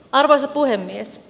arvoisa puhemies